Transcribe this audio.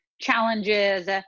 challenges